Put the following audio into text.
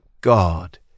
God